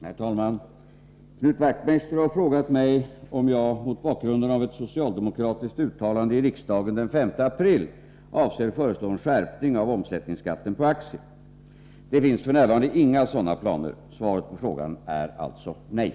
Herr talman! Knut Wachtmeister har frågat mig om jag, mot bakgrund av ett socialdemokratiskt uttalande i riksdagen den 5 april, avser föreslå en skärpning av omsättningsskatten på aktier. Det finns f.n. inga sådana planer. Svaret på frågan är alltså nej.